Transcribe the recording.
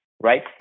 right